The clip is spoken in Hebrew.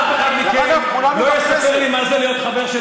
אף אחד מכם לא יספר לי מה זה להיות חבר של